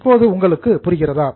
இப்போது உங்களுக்குப் புரிகிறதா